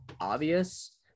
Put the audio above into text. obvious